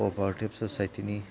क' अपारेतिभ ससायटिनि